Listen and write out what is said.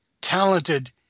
talented